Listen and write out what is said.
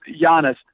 Giannis